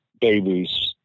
babies